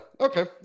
Okay